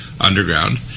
underground